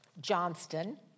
Johnston